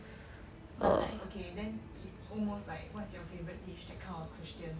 but like okay then is almost like what's your favourite dish that kind of question